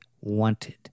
wanted